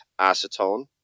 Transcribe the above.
acetone